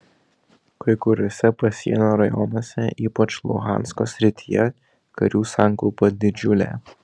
kai kuriuose pasienio rajonuose ypač luhansko srityje karių sankaupa didžiulė